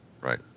Right